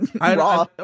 raw